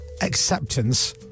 acceptance